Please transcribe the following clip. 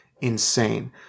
insane